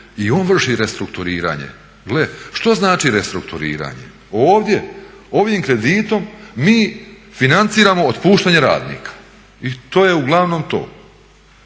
I on vrši restrukturiranje. Gle! Što znači restrukturiranje? Ovdje ovim kreditom mi financiramo otpuštanje radnika i to je uglavnom to.